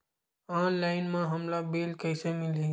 Online म हमला bill कइसे मिलही?